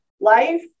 life